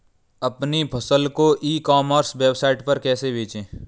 अपनी फसल को ई कॉमर्स वेबसाइट पर कैसे बेचें?